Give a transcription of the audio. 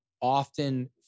often